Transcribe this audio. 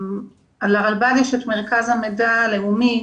לרלב"ד יש את מרכז המידע הלאומי